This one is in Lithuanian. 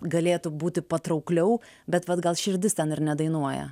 galėtų būti patraukliau bet vat gal širdis ten ir nedainuoja